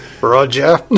Roger